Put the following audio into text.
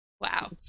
Wow